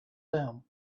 them